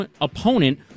opponent